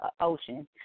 ocean